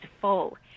full